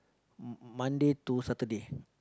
m~ Monday to Saturday